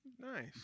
Nice